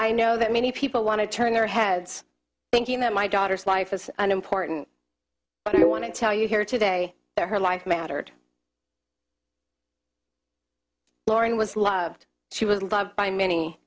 i know that many people want to turn their heads thinking that my daughter's life is unimportant but i want to tell you here today their her life mattered lauren was loved she was loved by many